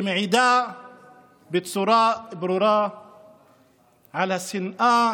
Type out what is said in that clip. שמעידה בצורה ברורה על השנאה